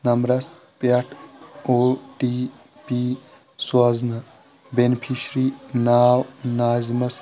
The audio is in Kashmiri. نمبرَس پٮ۪ٹھ او ٹی پی سوزنہٕ بیٚنِفشری ناو ناظِمَس